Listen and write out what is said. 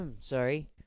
Sorry